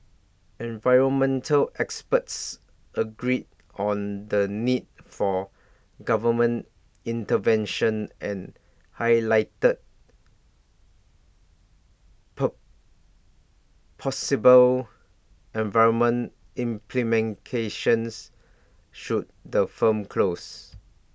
environmental experts agreed on the need for government intervention and highlighted possible environmental implications should the firms close